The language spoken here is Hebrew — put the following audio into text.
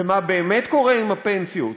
ומה באמת קורה עם הפנסיות?